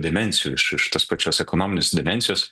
dimensijų iš iš tos pačios ekonominės dimensijos